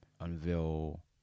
unveil